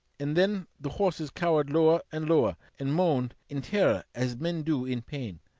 and then the horses cowered lower and lower, and moaned in terror as men do in pain.